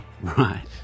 Right